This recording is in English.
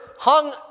hung